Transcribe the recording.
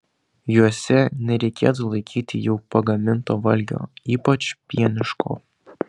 juose nereikėtų laikyti jau pagaminto valgio ypač pieniško